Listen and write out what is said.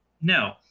no